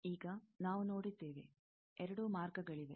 ಈಗ ನಾವು ನೋಡಿದ್ದೇವೆ ಎರಡು ಮಾರ್ಗಗಳಿವೆ